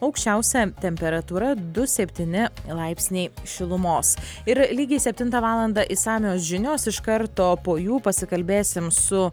aukščiausia temperatūra du septyni laipsniai šilumos ir lygiai septintą valandą išsamios žinios iš karto po jų pasikalbėsim su